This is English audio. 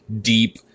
deep